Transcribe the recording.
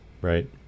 Right